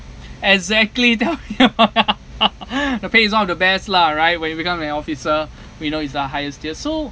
exactly the pay is one of the best lah right when we become an officer we know is the highest tiers so